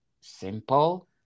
simple